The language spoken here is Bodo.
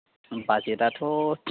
बाजेटआथ'